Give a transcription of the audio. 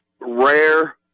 rare